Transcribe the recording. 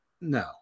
No